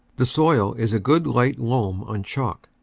the soil is a good light loam on chalk.